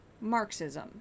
Marxism